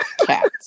cats